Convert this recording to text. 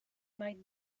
might